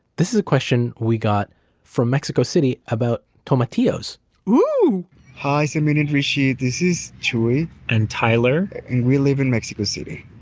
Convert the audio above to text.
this is a question we got from mexico city about tomatillos ooh hi, samin and hrishi, this is chuy and tyler we live in mexico city.